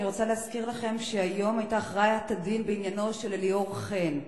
אני רוצה להזכיר לכם שהיום היתה הכרעת הדין בעניינו של אליאור חן.